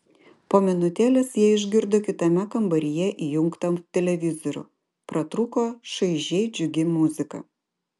po minutėlės jie išgirdo kitame kambaryje įjungtą televizorių pratrūko šaižiai džiugi muzika